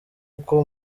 uko